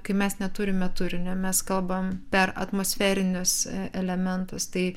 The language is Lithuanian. kai mes neturime turinio mes kalbam per atmosferinius elementus tai